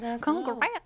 Congrats